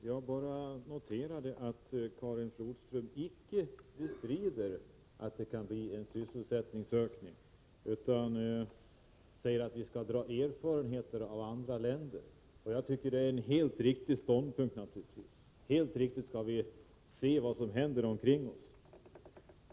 Herr talman! Jag noterade att Karin Flodström inte bestrider att det kan bli en sysselsättningsökning. Hon säger att vi skall dra erfarenheter av andra länder. Det är en helt riktig ståndpunkt. Vi skall se vad som händer omkring oss.